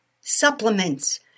supplements